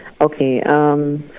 Okay